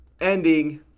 ending